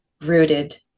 rooted